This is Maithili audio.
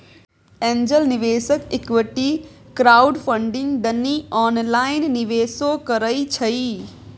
एंजेल निवेशक इक्विटी क्राउडफंडिंग दनी ऑनलाइन निवेशो करइ छइ